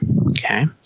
okay